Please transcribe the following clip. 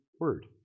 word